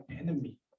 enemy